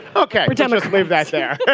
ok. let's um ah leave that there.